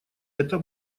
это